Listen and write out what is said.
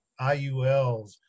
iuls